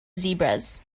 zebras